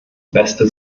beste